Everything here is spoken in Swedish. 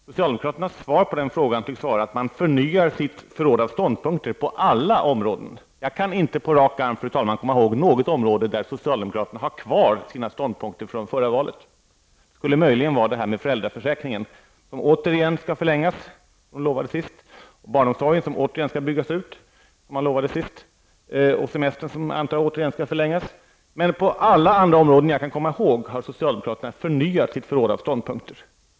Socialdemokraternas svar på det behovet tycks vara att man förnyar sitt förråd av ståndpunkter på alla områden. Jag kan på rak arm inte komma ihåg något område där socialdemokraterna har kvar sina ståndpunkter från förra valet. Det skulle möjligen vara när det gäller föräldraförsäkringen, som återigen skall förlängas som man lovade sist, när det gäller barnomsorgen, som skall byggas ut som man lovade sist, och när det gäller semestern som, antar jag, återigen skall förlängas. Men på alla andra områden har socialdemokraterna såvitt jag kan förstå förnyat sitt förråd av ståndpunkter.